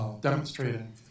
demonstrating